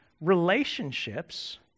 relationships